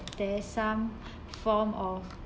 there is some form of